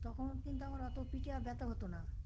তখন কিন্তু আমার অত পিঠে আর ব্যথা হতো না